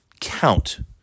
count